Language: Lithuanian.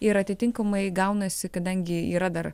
ir atitinkamai gaunasi kadangi yra dar